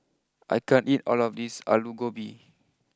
I can't eat all of this Alu Gobi